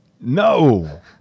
No